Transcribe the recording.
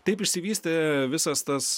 taip išsivystė visas tas